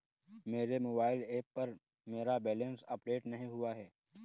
मेरे mobile app पर मेरा बैलेंस अपडेट नहीं हुआ है